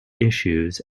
issues